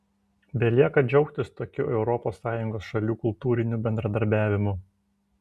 belieka džiaugtis tokiu europos sąjungos šalių kultūriniu bendradarbiavimu